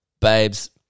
babes